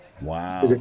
Wow